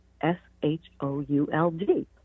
S-H-O-U-L-D